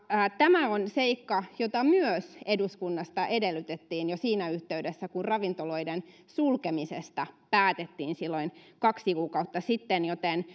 tämä on seikka jota eduskunnasta edellytettiin jo siinä yhteydessä kun ravintoloiden sulkemisesta päätettiin silloin kaksi kuukautta sitten joten